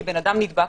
כי אם אדם נדבק,